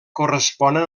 corresponen